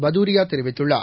பதூரியா தெரிவித்துள்ளார்